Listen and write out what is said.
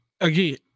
again